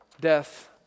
death